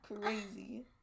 Crazy